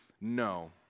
No